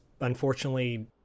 Unfortunately